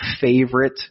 favorite